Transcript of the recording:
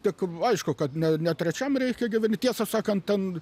tik aišku kad ne ne trečiam reiche gyveni tiesą sakant ten